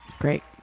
Great